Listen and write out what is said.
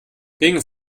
gegen